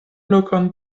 lokon